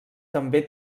també